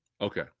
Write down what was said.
Okay